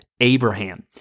Abraham